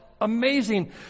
amazing